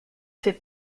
fait